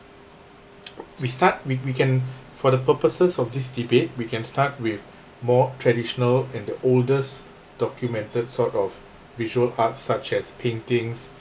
we start we we can for the purposes of this debate we can start with more traditional and oldest documented sort of visual arts such as paintings